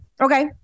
okay